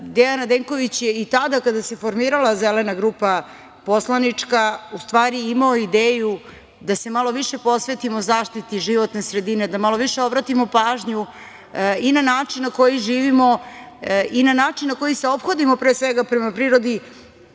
Dejan Radenković je i tada kada se formirala Zelena poslanička grupa imao ideju da se malo više posvetimo zaštiti životne sredine, da malo više obratimo pažnju i na način na koji živimo i na način na koji se ophodimo prema prirodi,